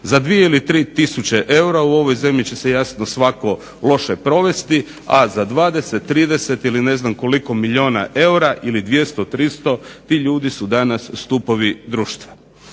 Za 2 ili 3 tisuće eura u ovoj zemlji će se jasno svatko jasno loše provesti, a za 20, 30 ili ne znam koliko milijuna eura ili 200, 300 ti ljudi su danas stupovi društva.